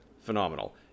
phenomenal